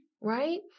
right